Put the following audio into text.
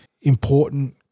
important